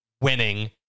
winning